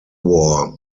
war